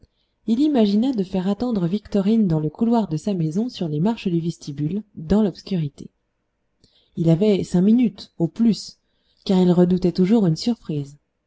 il imagina de faire attendre victorine dans le couloir de sa maison sur les marches du vestibule dans l'obscurité il avait cinq minutes au plus car il redoutait toujours une surprise